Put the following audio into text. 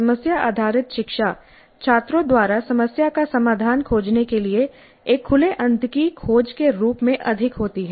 समस्या आधारित शिक्षा छात्रों द्वारा समस्या का समाधान खोजने के लिए एक खुले अंत की खोज के रूप में अधिक होती है